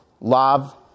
love